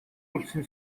улсын